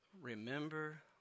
remember